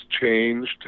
changed